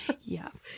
yes